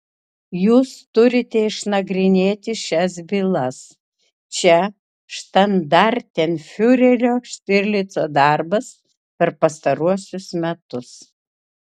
jūs turite išnagrinėti šias bylas čia štandartenfiurerio štirlico darbas per pastaruosius metus